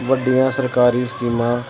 ਵੱਡੀਆਂ ਸਰਕਾਰੀ ਸਕੀਮਾਂ